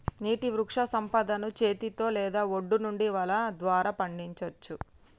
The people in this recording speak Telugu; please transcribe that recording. నీటి వృక్షసంపదను చేతితో లేదా ఒడ్డు నుండి వల ద్వారా పండించచ్చు